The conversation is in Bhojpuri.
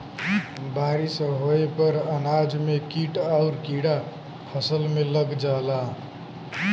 बारिस होये पर अनाज में कीट आउर कीड़ा फसल में लग जाला